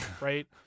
right